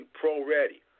pro-ready